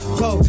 go